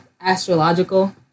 Astrological